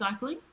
recycling